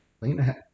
Lena